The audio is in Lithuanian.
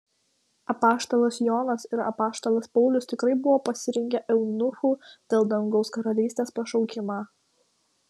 apaštalas jonas ir apaštalas paulius tikrai buvo pasirinkę eunuchų dėl dangaus karalystės pašaukimą